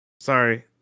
Sorry